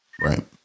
Right